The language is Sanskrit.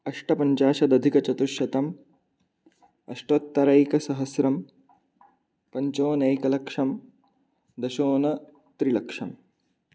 अष्टपञ्चाशदधिकचतुश्शतम् अष्टोत्तरैकसहस्रं पञ्चोनैकलक्षं दशोनत्रिलक्षम्